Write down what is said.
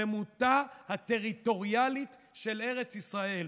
שלמותה הטריטוריאלית של ארץ ישראל,